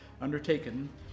undertaken